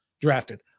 drafted